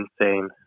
insane